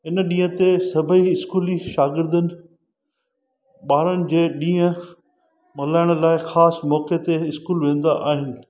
इन ॾींहुं ते सभई स्कूली शागिर्दनि ॿारनि जे ॾींअं मल्हाइण लाइ ख़ासि मौके ते स्कूल वेंदा आहिनि